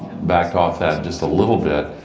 backed off that just a little bit.